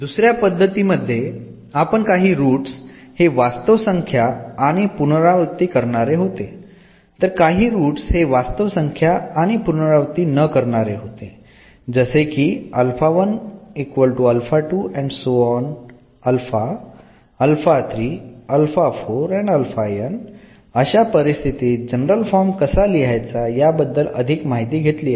दुसऱ्या पद्धतीमध्ये आपण काही रूट्स हे वास्तव संख्या आणि पुनरावृत्ती करणारे होते तर काही रूट हे वास्तव संख्या आणि पुनरावृत्तीत न करणारे होते जसे की अशा परिस्थिती जनरल फॉर्म कसा लिहायचा या बद्दल अधिक माहिती घेतली आहे